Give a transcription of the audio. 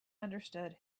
understood